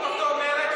או-טו-טו מרצ,